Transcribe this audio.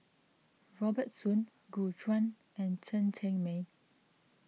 Robert Soon Gu Juan and Chen Cheng Mei